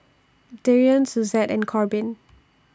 Darion Suzette and Corbin